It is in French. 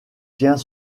tient